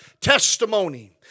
Testimony